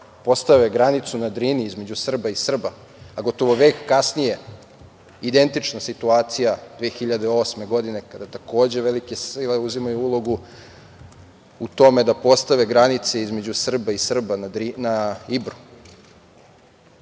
postave granicu na Drini između Srba i Srba, a gotovo vek kasnije identična situacija 2008. godine kada takođe velike sile uzimaju ulogu u tome da postave granice između Srba i Srba na Ibru. Tokom